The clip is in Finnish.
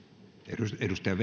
arvoisa